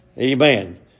Amen